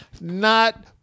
not-